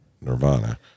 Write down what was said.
nirvana